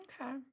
Okay